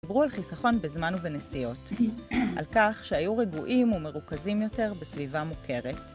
דיברו על חיסכון בזמן ובנסיעות, על כך שהיו רגועים ומרוכזים יותר בסביבה מוכרת